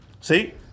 see